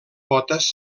potes